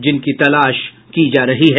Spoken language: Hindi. जिनकी तलाश की जा रही है